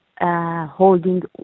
Holding